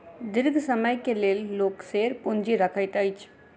दीर्घ समय के लेल लोक शेयर पूंजी रखैत अछि